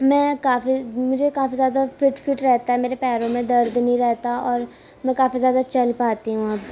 میں کافی مجھے کافی زیادہ فٹ فٹ رہتا ہے میرے پیروں میں درد نہیں رہتا اور میں کافی زیادہ چل پاتی ہوں اب